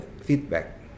feedback